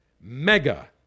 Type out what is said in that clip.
mega